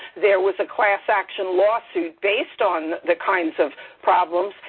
there was a class-action lawsuit based on the kinds of problems,